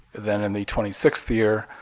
then in the twenty sixth year,